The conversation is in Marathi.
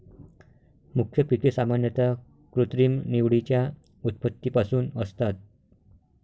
मुख्य पिके सामान्यतः कृत्रिम निवडीच्या उत्पत्तीपासून असतात